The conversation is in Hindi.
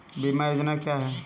बीमा योजना क्या है?